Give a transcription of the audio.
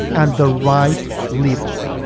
and the right leadership.